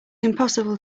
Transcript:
impossible